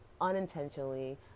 unintentionally